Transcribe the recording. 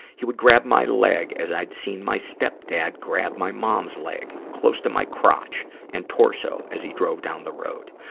he would grab my leg, leg, as i'd seen my stepdad grab my mom's leg, close to my crotch and torso, as he drove down the road.